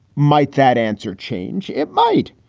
might that answer change? it might.